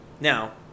Now